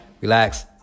relax